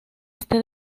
este